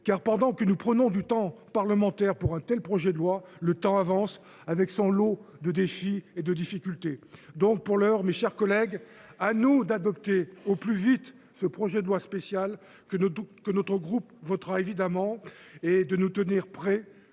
! Pendant que nous prenons sur l’agenda parlementaire pour un tel texte, le temps court, avec son lot de défis et de difficultés. Pour l’heure, mes chers collègues, à nous d’adopter au plus vite ce projet de loi spéciale, que notre groupe votera évidemment, et de nous tenir prêts